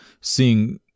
seeing